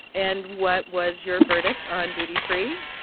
and what was your verdict on duty free?